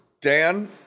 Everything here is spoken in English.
dan